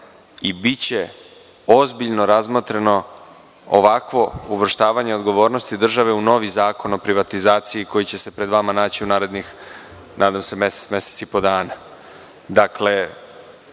i biće ozbiljno razmatrano ovakvo uvrštavanje odgovornosti države u novi zakon o privatizaciji, koji će se pred vama naći u narednih, nadam se, mesec ili mesec i po